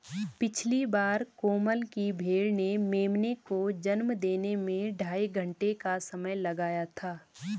पिछली बार कोमल की भेड़ ने मेमने को जन्म देने में ढाई घंटे का समय लगाया था